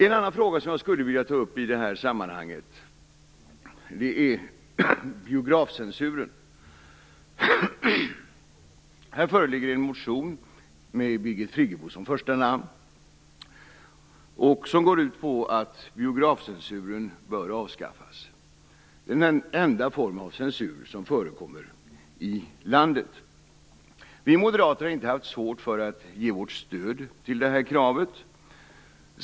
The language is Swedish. En annan fråga jag skulle vilja ta upp i det här sammanhanget är biografcensuren. Här föreligger en motion, med Birgit Friggebo som första namn, som går ut på att biografcensuren bör avskaffas - den enda form av censur som förekommer i landet. Vi moderater har inte haft svårt för att ge vårt stöd till det här kravet.